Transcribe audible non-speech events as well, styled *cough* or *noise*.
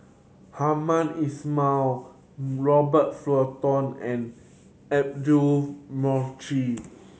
Hamed Ismail Robert Fullerton and Audra *unintelligible*